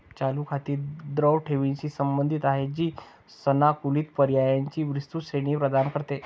चालू खाती द्रव ठेवींशी संबंधित आहेत, जी सानुकूलित पर्यायांची विस्तृत श्रेणी प्रदान करते